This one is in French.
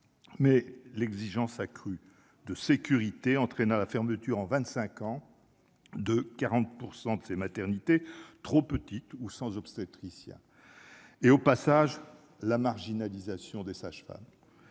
mais l'exigence accrue de sécurité, entraînant la fermeture en 25 ans de 40 % de ces maternité trop petite ou sans obstétricien et au passage la marginalisation des sages-femmes